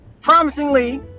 promisingly